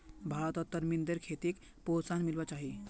भारतत तरमिंदेर खेतीक प्रोत्साहन मिलवा चाही